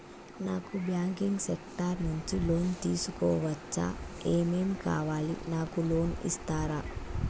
నాకు banking sector నుంచి loan తీసుకోవచ్చా? ఏమేం కావాలి? నాకు లోన్ ఇస్తారా?